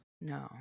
No